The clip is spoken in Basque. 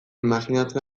imajinatzen